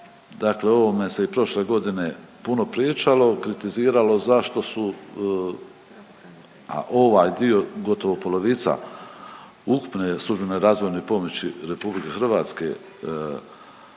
dakle o ovome se i prošle godine puno pričalo, kritiziralo zašto su, a ovaj dio gotovo polovica ukupne službene razvojne pomoći RH, dakle